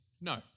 no